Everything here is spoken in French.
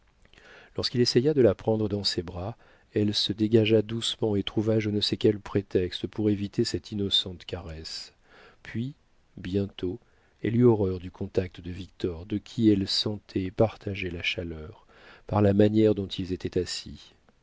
lorsqu'il essaya de la prendre dans ses bras elle se dégagea doucement et trouva je ne sais quel prétexte pour éviter cette innocente caresse puis bientôt elle eut horreur du contact de victor de qui elle sentait et partageait la chaleur par la manière dont ils étaient assis